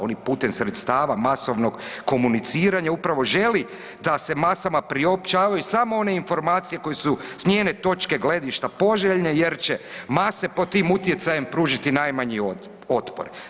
Oni putem sredstava masovnog komuniciranja upravo želi da se masama priopćavaju samo one informacije koje su s njene točke gledišta poželjne jer će mase pod tim utjecajem pružiti najmanji otpor.